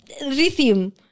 Rhythm